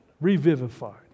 revivified